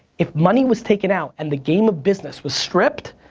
if money was taken out and the game of business was stripped.